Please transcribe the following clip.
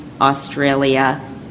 Australia